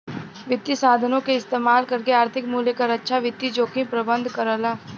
वित्तीय साधनों क इस्तेमाल करके आर्थिक मूल्य क रक्षा वित्तीय जोखिम प्रबंधन करला